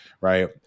right